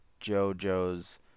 JoJo's